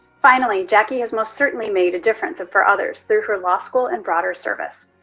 finally, jackie has most certainly made a difference for others through her law school and broader service.